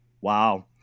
Wow